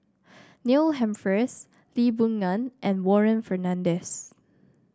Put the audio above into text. Neil Humphreys Lee Boon Ngan and Warren Fernandez